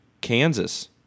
Kansas